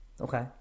Okay